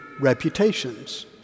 reputations